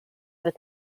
with